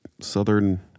Southern